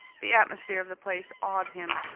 the atmosphere of the place awed him.